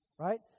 right